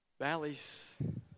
valleys